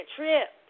trip